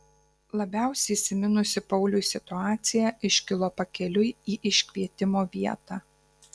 labiausiai įsiminusi pauliui situacija iškilo pakeliui į iškvietimo vietą